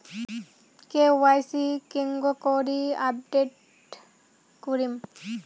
KYC কেঙ্গকরি update করিম?